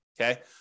Okay